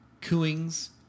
cooings